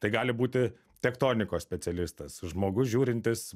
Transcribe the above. tai gali būti tektonikos specialistas žmogus žiūrintis